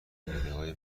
ایدههای